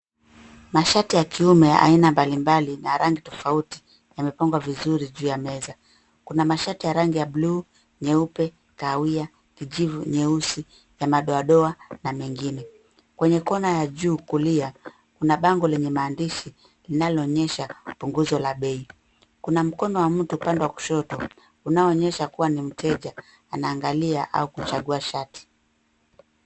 Mashati ya kiume aina mbalimbali ya rangi tofauti yamepangwa kwenye meza. Kuna mashati ya buluu, nyeupe , kaawia, nyeusi ya madoadoa na mengine. Kweenye kona ya juu kulia kuna bango linaloonyesha bei. Kuna mkono wa mtu upande wa kushoto unaoonyesha kuwa ni mtu au mteja anayechagua shati.